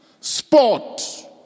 sport